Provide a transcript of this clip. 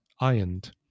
ironed